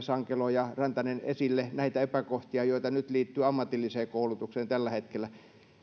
sankelo ja rantanen ottivat oikein hyvin esille näitä epäkohtia joita liittyy ammatilliseen koulutukseen nyt tällä hetkellä